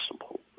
possible